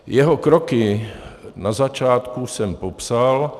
Jeho kroky na začátku jsem popsal.